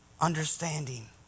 Understanding